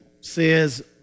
says